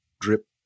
drip